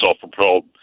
self-propelled